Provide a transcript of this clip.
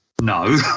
no